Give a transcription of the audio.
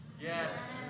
Yes